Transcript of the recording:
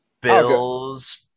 Bills